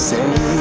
Say